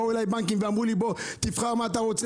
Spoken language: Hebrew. באו אליי בנקים ואמרו לי בוא תבחר מה אתה רוצה.